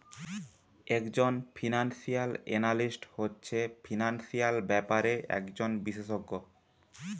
একজন financial analyst হচ্ছে financial ব্যাপারে একজন বিশেষজ্ঞ